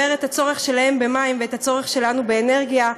את הצורך שלהם במים ואת הצורך שלנו באנרגיה.